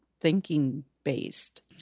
thinking-based